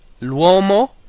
L'uomo